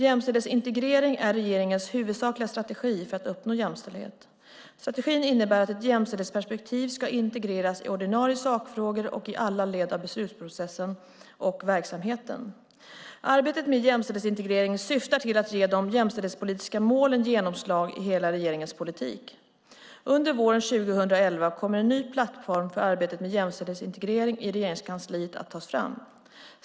Jämställdhetsintegrering är regeringens huvudsakliga strategi för att uppnå jämställdhet. Strategin innebär att ett jämställdhetsperspektiv ska integreras i ordinarie sakfrågor och i alla led av beslutsprocessen och verksamheten. Arbetet med jämställdhetsintegrering syftar till att ge de jämställdhetspolitiska målen genomslag i hela regeringens politik. Under våren 2011 kommer en ny plattform för arbetet med jämställdhetsintegrering i Regeringskansliet att tas fram.